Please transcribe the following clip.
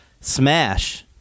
Smash